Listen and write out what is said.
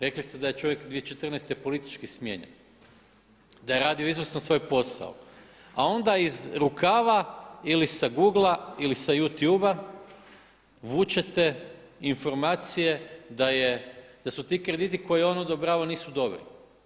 Rekli ste da je čovjek 2014. politički smijenjen, da je radio izvrsno svoj posao a onda iz rukava ili sa googla ili sa youtube vučete informacije da su ti krediti koje on odobravao nisu dobri.